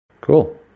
Cool